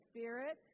Spirit